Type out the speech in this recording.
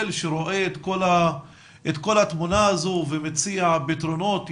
שרואה את כל התמונה הזו ומציע פתרונות?